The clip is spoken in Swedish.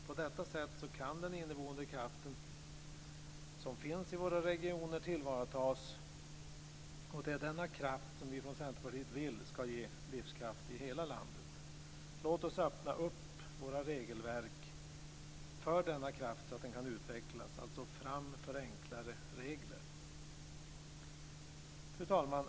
På detta sätt kan den inneboende kraft som finns i våra regioner tillvaratas, och det är denna kraft som vi från Centerpartiet vill ska ge livskraft i hela landet. Låt oss öppna upp våra regelverk för denna kraft så att den kan utvecklas. Fram för enklare regler! Fru talman!